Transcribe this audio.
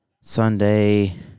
Sunday